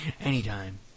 anytime